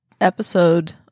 episode